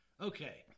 Okay